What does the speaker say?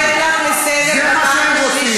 אני קוראת אותך לסדר פעם שנייה.